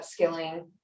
upskilling